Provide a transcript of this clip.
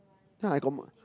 now I got